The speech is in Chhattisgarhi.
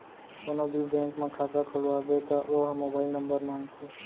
कोनो भी बेंक म खाता खोलवाबे त ओ ह मोबाईल नंबर मांगथे